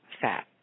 fat